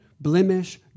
blemish